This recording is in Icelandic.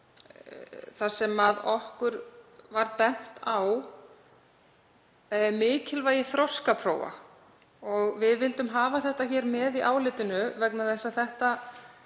þar sem okkur var bent á mikilvægi þroskaprófa. Við vildum hafa það með í álitinu vegna þess að þetta